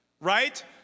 right